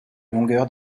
longueur